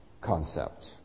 concept